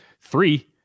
three